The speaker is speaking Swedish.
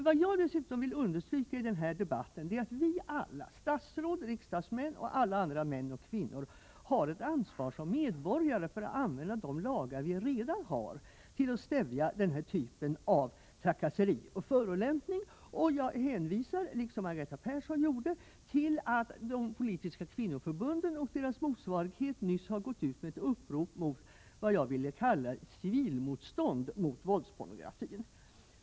Vad jag dessutom vill understryka i den här debatten är att vi alla — statsråd, riksdagsmän och alla andra män och kvinnor — som medborgare har ett ansvar för att använda de lagar vi redan har till att stävja denna typ av trakasseri och förolämpning. Jag hänvisar, liksom Margareta Persson gjorde, till att de politiska kvinnoförbunden och deras motsvarigheter nyss har gått ut med ett upprop för vad jag vill kalla ett civilmotstånd mot våldspornografin.